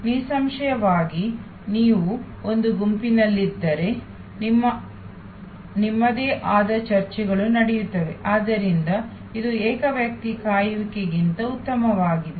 ನಿಸ್ಸಂಶಯವಾಗಿ ನೀವು ಒಂದು ಗುಂಪಿನಲ್ಲಿದ್ದರೆ ನಿಮ್ಮದೇ ಆದ ಚರ್ಚೆಗಳು ನಡೆಯುತ್ತಿವೆ ಆದ್ದರಿಂದ ಇದು ಏಕವ್ಯಕ್ತಿ ಕಾಯುವಿಕೆಗಿಂತ ಉತ್ತಮವಾಗಿದೆ